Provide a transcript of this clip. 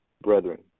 brethren